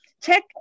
check